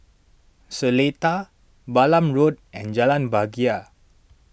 Seletar Balam Road and Jalan Bahagia